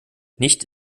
nicht